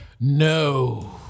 No